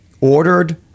ordered